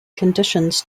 conditions